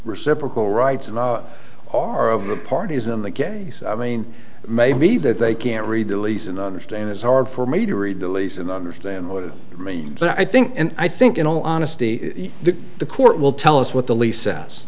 reciprocal rights and our of the parties in the gag i mean maybe that they can't read the lease and understand it's hard for me to read the lease and understand what it means but i think and i think in all honesty that the court will tell us what the lease s